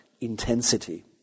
intensity